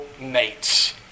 mates